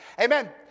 Amen